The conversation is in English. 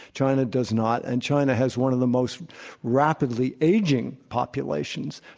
china does not and china has one of the most rapidly aging populations.